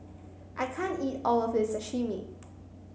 I can't eat all of this Sashimi